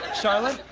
charlotte,